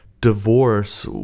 divorce